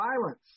violence